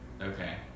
Okay